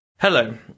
Hello